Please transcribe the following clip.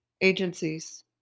agencies